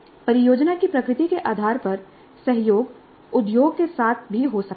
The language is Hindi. परियोजना की प्रकृति के आधार पर सहयोग उद्योग के साथ भी हो सकता है